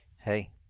Hey